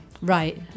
Right